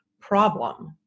problem